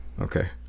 Okay